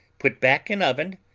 put back in oven,